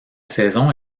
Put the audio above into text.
saison